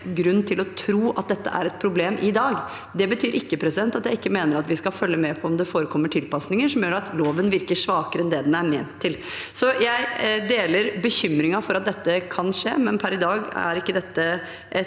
grunn til å tro at dette er et problem i dag. Det betyr ikke at jeg ikke mener at vi skal følge med på om det forekommer tilpasninger som gjør at loven virker svakere enn det den er ment til. Så jeg deler bekymringen for at dette kan skje. Per i dag er ikke dette et